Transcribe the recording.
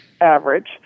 average